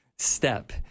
step